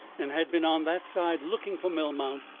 and had been on that side looking for melmount,